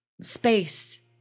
space